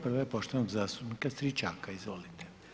Prva je poštovanog zastupnika Stričaka, izvolite.